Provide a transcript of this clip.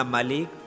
Malik